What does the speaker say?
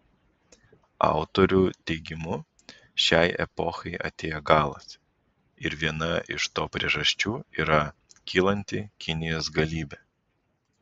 autorių teigimu šiai epochai atėjo galas ir viena iš to priežasčių yra kylanti kinijos galybė